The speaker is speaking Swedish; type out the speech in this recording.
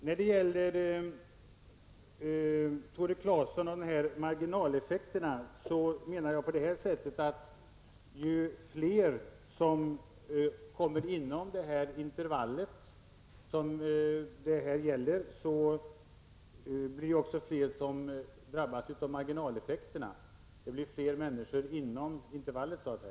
Tore Claeson talar om marginaleffekter, och jag menar att ju fler som kommer inom det intervall det här gäller desto fler drabbas av marginaleffekterna. Det blir fler människor inom intervallet.